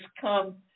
come